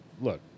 look